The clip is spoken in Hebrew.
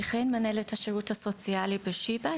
אני מנהלת השירות הסוציאלי בשיבא.